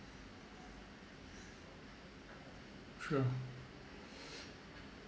sure